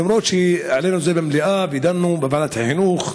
למרות העלאת הנושא במליאה והדיון בוועדת החינוך,